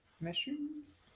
mushrooms